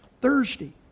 Thursday